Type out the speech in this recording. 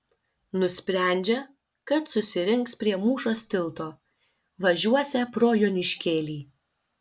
nusprendžia kad susirinks prie mūšos tilto važiuosią pro joniškėlį